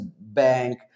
bank